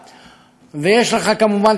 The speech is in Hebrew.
ויש לך כמובן הכלי ביד,